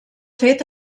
fet